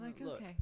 Look